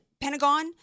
Pentagon